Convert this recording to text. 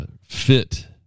fit